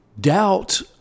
Doubt